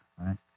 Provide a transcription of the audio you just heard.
right